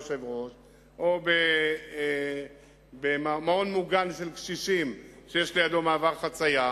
או במעון מוגן של קשישים שיש לידו מעבר חצייה,